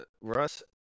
Russ